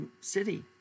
city